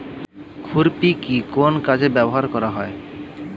খুরপি কি কোন কাজে ব্যবহার করা হয়?